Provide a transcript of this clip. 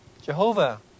Jehovah